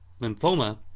lymphoma